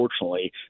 unfortunately